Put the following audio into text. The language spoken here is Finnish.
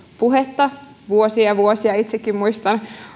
puhetta vuosia ja vuosia itsekin muistan